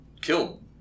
killed